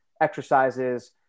exercises